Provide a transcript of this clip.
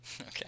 Okay